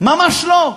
ממש לא.